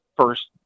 first